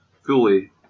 fully